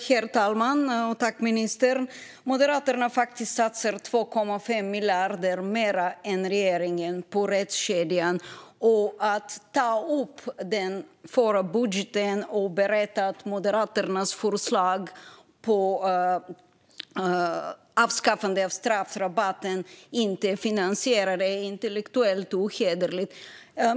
Herr talman! Moderaterna satsar faktiskt 2,5 miljarder mer än regeringen på rättskedjan. Att ta upp den förra budgeten och berätta att Moderaternas förslag om avskaffande av straffrabatten inte är finansierat är intellektuellt ohederligt.